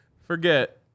forget